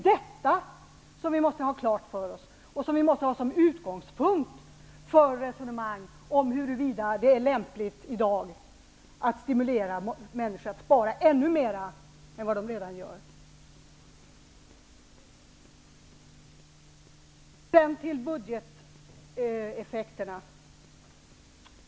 Detta måste vi ha klart för oss och ha som utgångspunkt för våra resonemang om huruvida det är lämpligt i dag att stimulera människor till att spara mer än vad de redan gör. Sedan till budgeteffekterna.